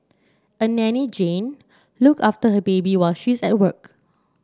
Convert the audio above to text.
a nanny Jane look after her baby while she's at work